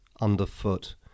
underfoot